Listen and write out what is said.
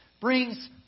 brings